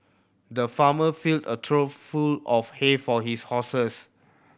the farmer filled a trough full of hay for his horses